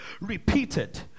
repeated